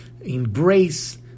embrace